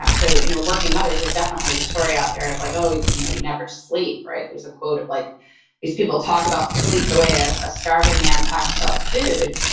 um so you know working mothers, there's definitely the story out there like, oh you know you never sleep, right? there's a quote of like these people talk about sleep the way ah a starving man talks about food.